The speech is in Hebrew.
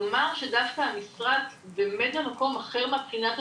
אז נאמר שהמשרד באמת במקום אחר בנושא הזה,